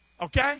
Okay